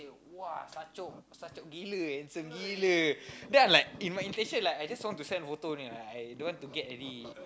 !wah! sachok sachok gila handsome gila then I'm like in my intention I just want to send photo only like I I don't want to get any